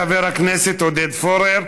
תודה לחבר הכנסת עודד פורר.